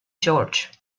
george